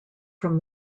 from